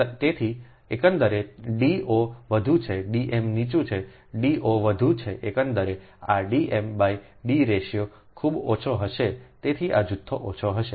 તેથી એકંદરે D ઓ વધુ છે D m નીચું છે D ઓ વધુ છે એકંદરે આ D m by D ratio ખૂબ ઓછો હશે તેથી આ જથ્થો ઓછો હશે